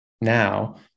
now